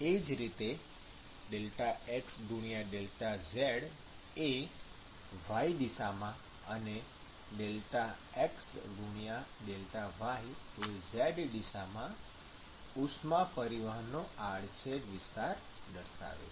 એ જ રીતે ΔxΔz એ y દિશામાં અને ΔxΔy એ z દિશામાં ઉષ્મા પરિવહનનો આડછેદ વિસ્તાર દર્શાવે છે